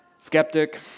Skeptic